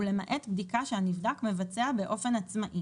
ולמעט בדיקה שהנבדק מבצע באופן עצמאי."